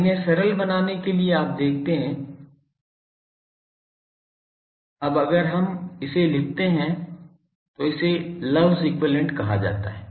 अब इन्हें सरल बनाने के लिए आप देखते हैं अब अगर हम इसे लिखते हैं तो इसे लव इक्विवैलेन्ट Love's equivalent कहा जाता है